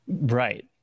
right